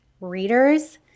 readers